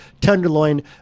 tenderloin